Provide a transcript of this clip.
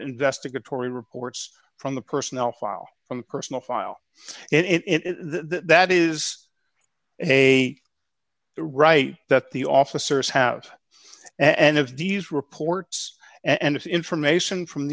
investigatory reports from the personnel file from personal file in that is a right that the officers have and if these reports and information from